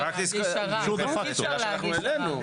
אי אפשר להגיש ערר.